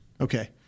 Okay